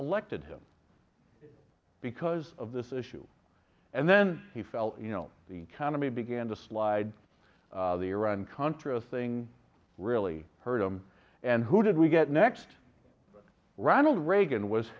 elected him because of this issue and then he felt the economy began to slide the iran contra thing really hurt him and who did we get next ronald reagan was